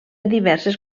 diverses